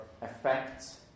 affects